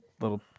little